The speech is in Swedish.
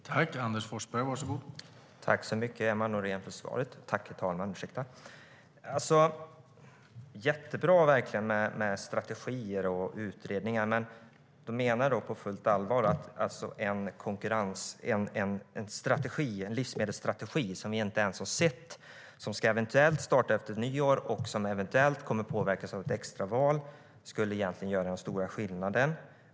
STYLEREF Kantrubrik \* MERGEFORMAT Areella näringar, landsbygd och livsmedelDet är verkligen jättebra med strategier och utredningar. Men Emma Nohrén menar alltså på fullt allvar att en livsmedelsstrategi som vi inte ens har sett, som eventuellt ska starta efter nyår och som eventuellt kommer att påverkas av ett extraval skulle göra den stora skillnaden.